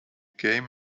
game